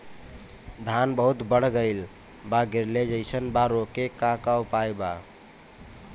धान बहुत बढ़ गईल बा गिरले जईसन बा रोके क का उपाय बा?